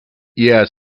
yes